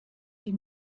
sie